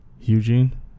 Eugene